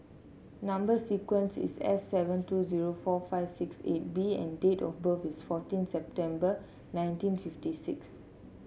number sequence is S seven two zero four five six eight B and date of birth is fourteen September nineteen fifty six